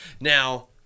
Now